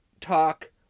talk